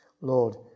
Lord